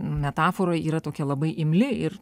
metafora yra tokia labai imli ir